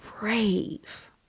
brave